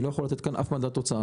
אני לא יכול לתת כאן אף מדד תוצאה,